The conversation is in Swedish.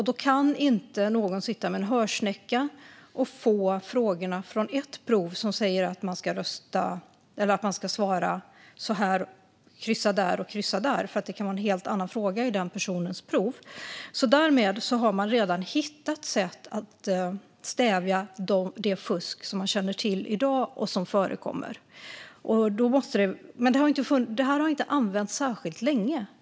Då kan inte någon sitta med en hörsnäcka och få svar från någon annan som säger att man ska kryssa i här och där därför att man inte vet vilket prov man får. Därmed har man redan hittat sätt att stävja det fusk som man känner till förekommer i dag. Men detta har inte använts särskilt länge.